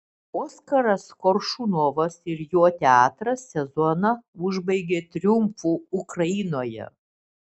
oskaras koršunovas ir jo teatras sezoną užbaigė triumfu ukrainoje